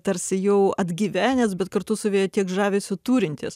tarsi jau atgyvenęs bet kartu savyje tiek žavesio turintis